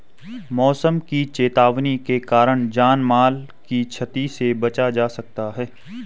मौसम की चेतावनी के कारण जान माल की छती से बचा जा सकता है